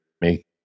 make